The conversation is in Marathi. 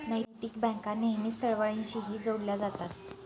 नैतिक बँका नेहमीच चळवळींशीही जोडल्या जातात